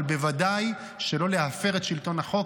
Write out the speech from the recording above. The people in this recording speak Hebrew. אבל בוודאי שלא להפר את שלטון החוק